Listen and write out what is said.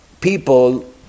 People